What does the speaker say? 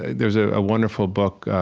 there's a wonderful book